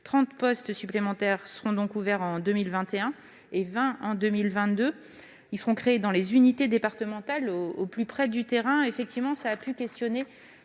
30 postes supplémentaires seront ouverts en 2021, et 20 en 2022. Ils seront créés dans les unités départementales, au plus près du terrain. Il nous a semblé pertinent